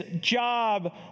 job